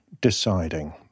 Deciding